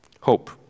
Hope